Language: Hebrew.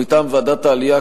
מטעם ועדת העלייה,